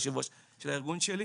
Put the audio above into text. יושב הראש של הארגון שלי.